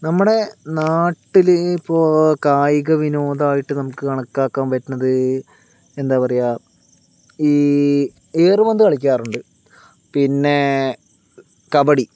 നമ്മുടെ നാട്ടിൽ ഇപ്പോൾ കായിക വിനോദമായിട്ട് നമുക്ക് കണക്കാക്കാൻ പറ്റുന്നത് എന്താ പറയുക ഈ ഏറ് പന്ത് കളിക്കാറുണ്ട് പിന്നെ കബഡി